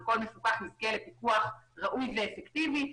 כל מפוקח יזכה לפיקוח ראוי ואפקטיבי.